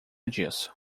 disso